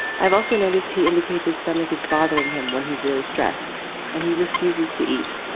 i've also noticed he indicates his stomach is bothering him when he's really stressed and he refuses to eat.